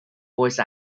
voice